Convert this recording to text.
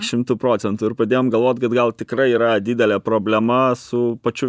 šimtu procentų ir pradėjom galvoti kad gal tikrai yra didelė problema su pačiu